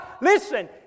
listen